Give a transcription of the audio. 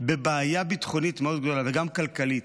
ובבעיה ביטחונית מאוד גדולה, וגם כלכלית.